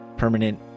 permanent